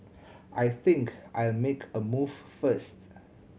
I think I'll make a move first